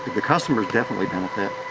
the customers definitely benefit,